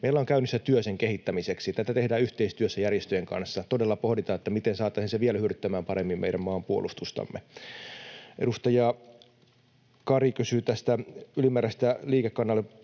Meillä on käynnissä työ sen kehittämiseksi. Tätä tehdään yhteistyössä järjestöjen kanssa, todella pohditaan, miten saataisiin se hyödyttämään vielä paremmin meidän maanpuolustustamme. Edustaja Kari kysyi tästä osittaisesta liikekannallepanosta.